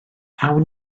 awn